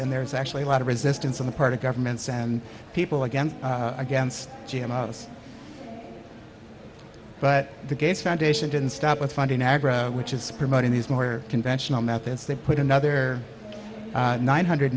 and there's actually a lot of resistance on the part of governments and people again against g m but the gates foundation didn't stop with funding nagra which is promoting these more conventional methods to put another nine hundred